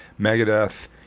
Megadeth